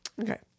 Okay